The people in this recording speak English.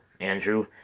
Andrew